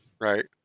Right